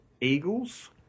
Eagles